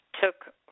took